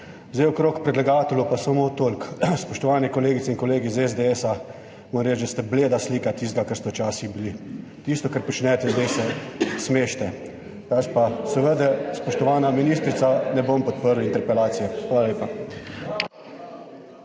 sejo. Okrog predlagateljev pa samo toliko, spoštovane kolegice in kolegi iz SDS, moram reči, da ste bleda slika tistega, kar ste včasih bili. Tisto kar počnete, zdaj se smešite. Drugače pa seveda, spoštovana ministrica, ne bom podprl interpelacije. Hvala lepa.